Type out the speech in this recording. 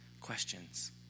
questions